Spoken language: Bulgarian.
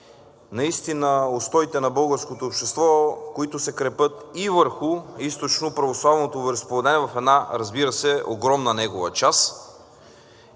наистина устоите на българското общество, които се крепят и върху източноправославното вероизповедание в една, разбира се, огромна негова част.